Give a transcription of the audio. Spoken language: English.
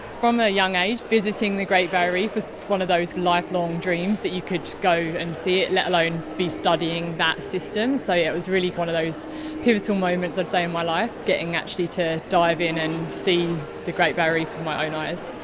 from a young age, visiting the great barrier reef was one of those lifelong dreams that you could go and see it, let alone be studying that system, so yeah it was really one of those pivotal moments i'd say in my life, getting actually to dive in and see the great barrier reef with my own eyes.